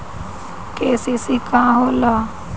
KCC का होला?